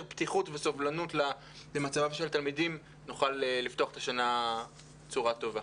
פתיחות וסובלנות למצבם של התלמידים נוכל לפתוח את השנה בצורה טובה.